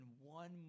one